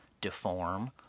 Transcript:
deform